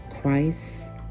Christ